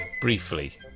briefly